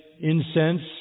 incense